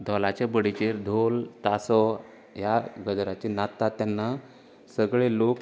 धोलाचे बडयचेर ढोल तासो ह्या गजराचेर नाचतात तेन्ना सगळे लोक